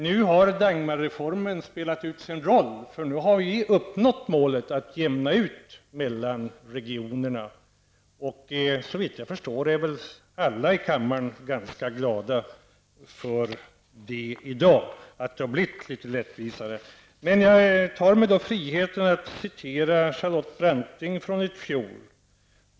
Nu har Dagmarreformen spelat ut sin roll. Målet att jämna ut mellan regionerna har uppnåtts. Såvitt jag förstår är alla här i kammaren ganska glada i dag för att det har blivit större rättvisa. Jag tar mig friheten att anföra vad Charlotte Branting sade i fjol.